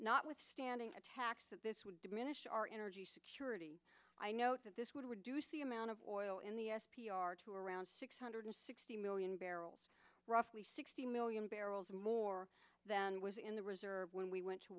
not withstanding a tax that this would diminish our energy security i note that this would reduce the amount of oil in the s p r to around six hundred sixty million barrels roughly sixty million barrels more than was in the reserve when we went to